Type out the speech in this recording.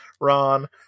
ron